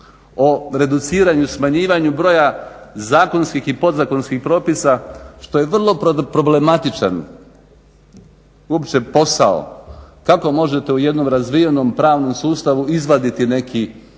o reduciranju, smanjivanju broja zakonskih i podzakonskih propisa što je vrlo problematičan uopće posao. Kako možete u jednom razvijenom pravnom sustavu izvaditi neki